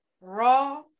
raw